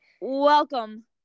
Welcome